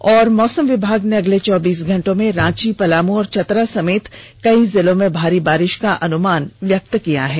और मौसम विभाग ने अगले चौबीस घंटे में रांची पलामू और चतरा समेत कई जिलों में भारी बारिश का अनुमान व्यक्त किया है